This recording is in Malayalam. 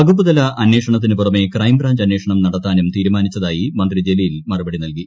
വകുപ്പുതല അന്വേഷണത്തിനു പുറമെ ക്രൈം ബ്രാഞ്ച് അന്വേഷണം നടത്താനും തീരുമാനിച്ചതായി മന്ത്രി ജലീൽ മറുപടി നൽകി